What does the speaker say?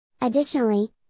Additionally